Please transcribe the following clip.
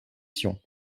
sion